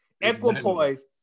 Equipoise